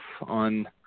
on